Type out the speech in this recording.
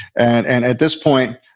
and and at this point,